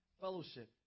fellowship